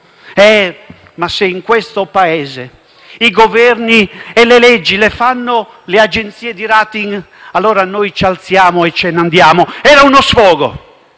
«Se in questo Paese i Governi e le leggi le fanno le agenzie *rating*, allora noi ci alziamo e ce ne andiamo». Era uno sfogo,